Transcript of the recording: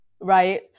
right